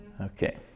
okay